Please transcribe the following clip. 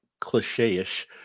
cliche-ish